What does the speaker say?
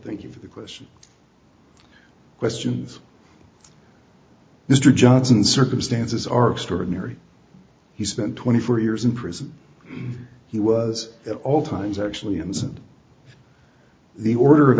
for the question questions mr johnson circumstances are extraordinary he spent twenty four years in prison he was at all times actually innocent the order of